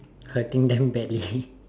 hurting them badly